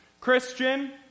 Christian